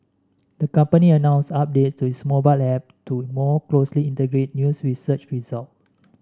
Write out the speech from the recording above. the company announced update to its mobile app to more closely integrate news with search result